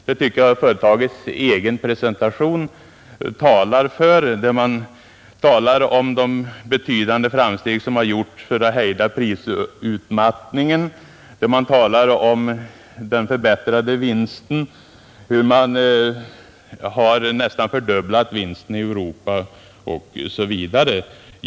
Det tycker jag att företagets egen presentation klargör, där man talar om de betydande framsteg som gjorts för att hejda prisutmattningen, om den förbättrade vinsten och om hur man nästan fördubblat vinsten i Europa osv.